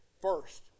first